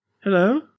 Hello